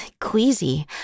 queasy